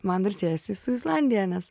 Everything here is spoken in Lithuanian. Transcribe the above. man dar siejasi su islandija nes